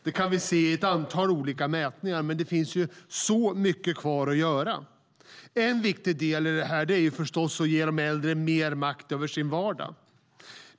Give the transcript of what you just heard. Det kan vi se i ett antal olika mätningar. Men det finns mycket kvar att göra. En viktig del i detta är att ge de äldre mer makt över sin vardag.